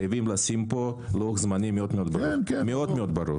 חייבים לקבוע כאן לוח זמנים ברור מאוד-מאוד,